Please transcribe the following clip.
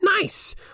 nice